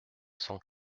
cent